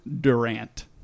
Durant